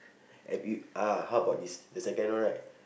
and you ah how about this the second one right